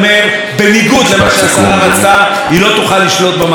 הוספנו 25% לתקציבי הקולנוע בארץ,